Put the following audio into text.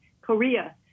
Korea